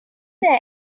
there